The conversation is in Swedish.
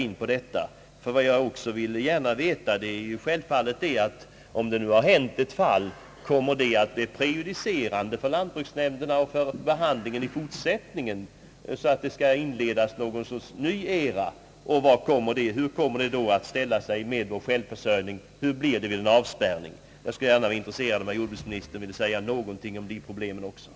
Till sist skulle jag vilja fråga, om det fall som nu har inträffat kommer att bli prejudicierande för lantbruksnämnderna och lantbruksstyrelsen i fortsättningen. Skall det nu inledas någon ny era på detta område? Hur kommer det att gå med självförsörjningen vid en eventuell avspärrning? Jag skulle gärna vilja att jordbruksministern sade någonting också om dessa problem.